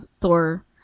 Thor